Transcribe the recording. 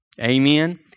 Amen